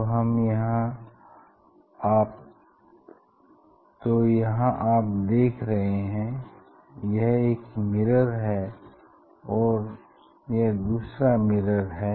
तो यहाँ आप देख रहे हैं यह एक मिरर है और यह दूसरा मिरर है